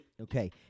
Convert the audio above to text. Okay